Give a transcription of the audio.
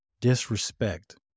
disrespect